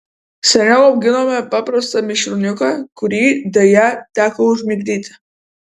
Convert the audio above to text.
seniau auginome paprastą mišrūniuką kurį deja teko užmigdyti